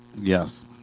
Yes